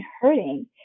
hurting